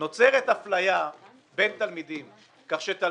מדובר על קיצוץ שכל כולו בשביל כספים פוליטיים של הבית היהודי כדי